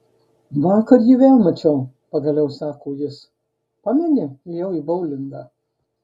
vakar jį vėl mačiau pagaliau sako jis pameni ėjau į boulingą